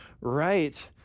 right